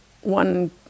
one